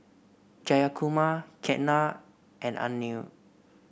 Jayakumar Ketna and Anil